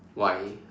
why